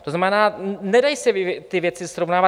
To znamená, nedají se ty věci srovnávat.